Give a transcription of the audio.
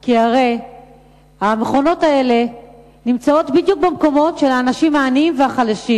כי הרי המכונות האלה נמצאות בדיוק במקומות של האנשים העניים והחלשים,